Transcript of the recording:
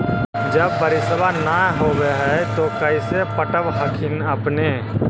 जब बारिसबा नय होब है तो कैसे पटब हखिन अपने?